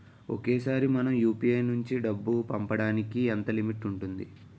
ఒకేసారి మనం యు.పి.ఐ నుంచి డబ్బు పంపడానికి ఎంత లిమిట్ ఉంటుంది?